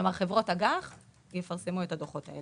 אנחנו